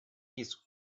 his